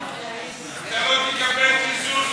נתקבל.